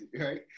right